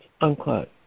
unquote